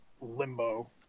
limbo